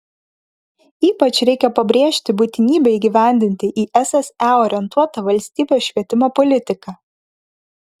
ypač reikia pabrėžti būtinybę įgyvendinti į sse orientuotą valstybės švietimo politiką